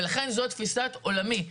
ולכן זו תפיסת עולמי.